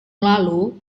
lalu